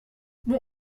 bon